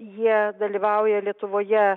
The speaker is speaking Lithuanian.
jie dalyvauja lietuvoje